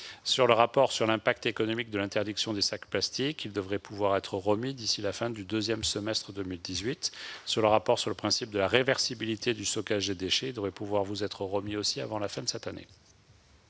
Le rapport sur l'impact économique de l'interdiction des sacs plastiques devrait pouvoir être remis d'ici à la fin du deuxième semestre 2018, tout comme le rapport sur le principe de la réversibilité du stockage des déchets, qui devrait également vous être remis avant la fin de cette année.